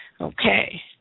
Okay